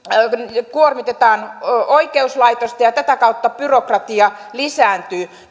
ja kuormitetaan oikeuslaitosta ja ja tätä kautta byrokratia lisääntyy